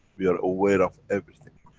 we are aware of everything